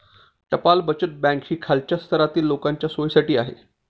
टपाल बचत बँक ही खालच्या स्तरातील लोकांच्या सोयीसाठी आहे